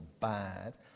bad